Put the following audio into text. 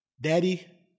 Daddy